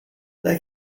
they